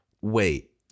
wait